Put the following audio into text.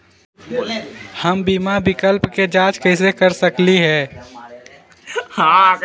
हम बीमा विकल्प के जाँच कैसे कर सकली ह?